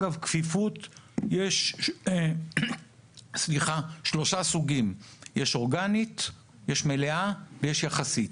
יש שלושה סוגים לכפיפות: אורגנית, מלאה ויש יחסית.